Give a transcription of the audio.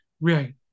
Right